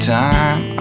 time